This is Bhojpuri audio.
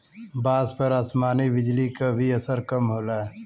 बांस पर आसमानी बिजली क भी असर कम होला